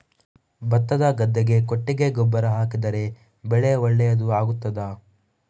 ಭತ್ತದ ಗದ್ದೆಗೆ ಕೊಟ್ಟಿಗೆ ಗೊಬ್ಬರ ಹಾಕಿದರೆ ಬೆಳೆ ಒಳ್ಳೆಯದು ಆಗುತ್ತದಾ?